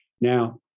now